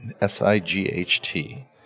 S-i-g-h-t